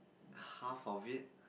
half of it